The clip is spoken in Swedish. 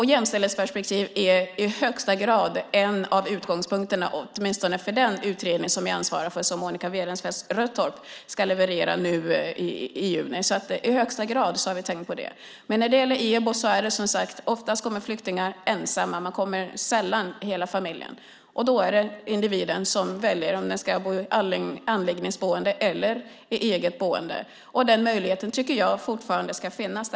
Jämställdhetsperspektivet är i högsta grad en av utgångspunkterna åtminstone för den utredning som jag ansvarar för, som Monica Werenfels-Röttorp ska leverera nu i juni. Vi har i högsta grad tänkt på det. När det gäller EBO kommer, som sagt, oftast flyktingar ensamma. De kommer sällan med hela familjen. Då är det individen som väljer om den ska bo i anläggningsboende eller i eget boende. Den möjligheten tycker jag fortfarande ska finnas.